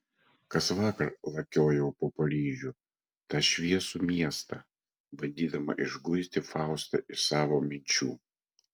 kasvakar lakiojau po paryžių tą šviesų miestą bandydama išguiti faustą iš savo minčių